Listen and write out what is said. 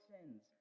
sins